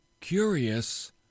curious